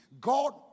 God